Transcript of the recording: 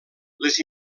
les